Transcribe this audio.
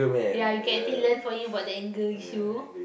ya you can actually learn from him about the anger issue